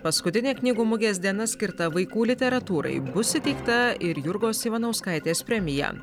paskutinę knygų mugės diena skirta vaikų literatūrai bus įteikta ir jurgos ivanauskaitės premija